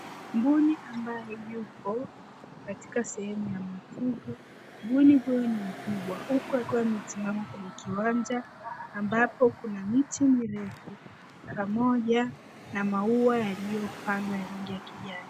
Mbuni ambaye yupo katika sehemu ya mafugo. Mbuni huyu ni mkubwa huku akiwa amesimama kwenye kiwanja ambapo kuna miti mirefu pamoja na maua yaliyopadwa ya rangi ya kijani.